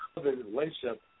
relationship